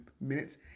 minutes